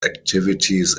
activities